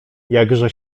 jakże